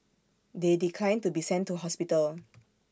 they declined to be sent to hospital